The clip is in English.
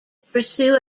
pursue